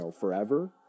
forever